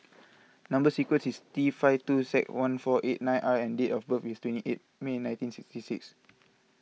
Number Sequence is T five two seven one four eight nine R and date of birth is twenty eight May nineteen sixty six